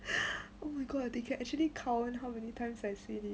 oh my god they can actually count how many times I say